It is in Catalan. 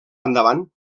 endavant